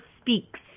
Speaks